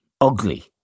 ugly